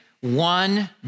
one